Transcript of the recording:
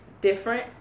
different